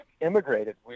immigrated